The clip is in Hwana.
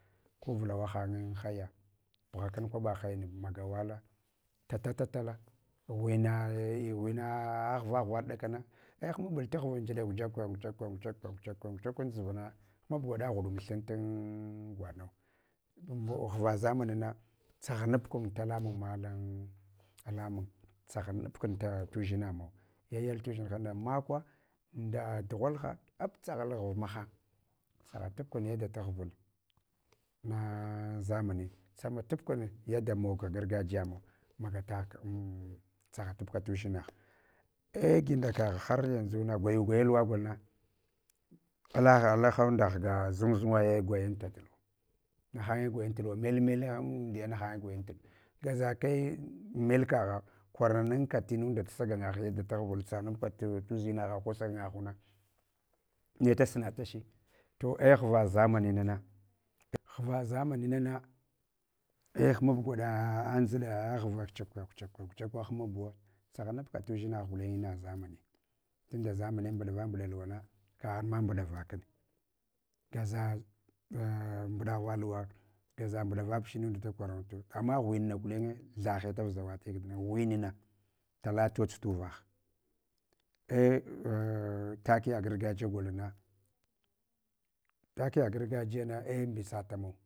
Ko vulawahan anaheya bughakan kwiba hayan magawala, tata tatala, gluena ghva ghvaɗ dakana, a hmabul ta ghva njiɗak ngulakura, napfakwa, ngusakwa ngusakwa, ngiyakwa an dʒuvuna. Hambu givaɗa ghuɗun thantan gwaɗnaw. Ghva zamanina tsaghnanab kun tala mun malan alamun tsaghanab kun tie dʒina mawa. Yayal tudʒinhana makwa ndi dughalha aptsaghal ghva mahang. Tsaghatabku yaɗa taghval na zamani tsag hatabkune yada taghval na zamani tsag ha ta kune yada mog gargajiya mawa. Magatak, tsaghatab tudʒinagh. Ei gi nda kagh har yunʒuna gwayugwa ya luwa golna, ala alaha nda ghga zungzungaye gwayunta, nahange gwayan tuluwa mel melha amduyana nahanye gwayan tuluwo. Gazaki mel kagha kwaranunka tinunda tu saganga gha sagangaghuna, netasna tachi to a ghva zamaning na, ghva zamanina na a hmab gwaɗa a nʒiɗa a ghva kuchakva kuchakwa, kuchakwa hmabuwa, tsaghanabka tudʒinagh gulenye ina zamana, tunda zamaniye mbuɗava mbuɗa luwana, kaghaɗma mbuɗavakun gaza a mbuɗava luwa, gaʒa mbuɗevab chu hainunda da kwarawan tayu. Ama ghung gulnye, thahe tavza wati aghadina ghan na tala todʒtwan a’ takuya gargajiya golnana lakuya gargajiya a mbitsata maw.